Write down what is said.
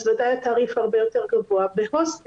אז בוודאי התעריף הרבה יותר גבוה מהוסטל